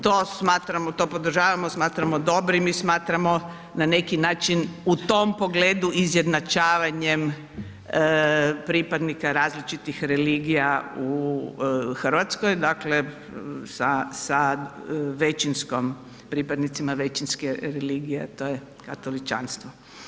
To smatramo, to podržavamo, smatramo dobrim i smatramo na neki način u tom pogledu izjednačavanjem pripadnika različitih religija u Hrvatskoj, dakle sa većinskom pripadnicima većinske religije, to je katoličanstvo.